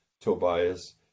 Tobias